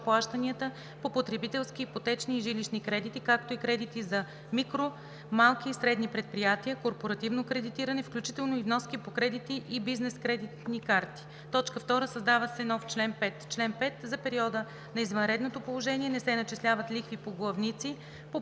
по потребителски, ипотечни и жилищни кредити, както и кредити за микро-, малки и средни предприятия, корпоративно кредитиране, включително и вноски по кредитни и бизнес кредитни карти.“ 2. Създава се нов чл. 5: „Чл. 5. За периода на извънредното положение не се начисляват лихви по главници